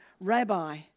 Rabbi